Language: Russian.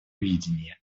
видения